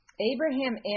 Abraham